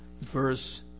verse